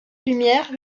lumière